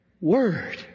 word